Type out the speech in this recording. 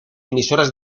emisoras